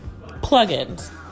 plugins